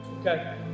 Okay